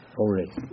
already